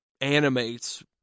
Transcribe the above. animates